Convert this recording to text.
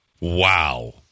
Wow